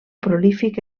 prolífic